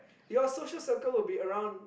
your social circle will be around